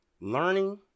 learning